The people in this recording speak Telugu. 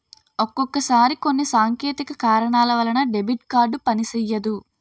ఒక్కొక్కసారి కొన్ని సాంకేతిక కారణాల వలన డెబిట్ కార్డు పనిసెయ్యదు